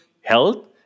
health